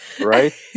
right